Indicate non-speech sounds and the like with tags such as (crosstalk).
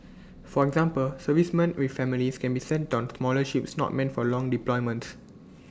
for example servicemen with families can be sent on (noise) smaller ships not meant for long deployments